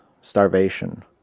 starvation